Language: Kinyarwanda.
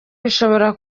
bishobora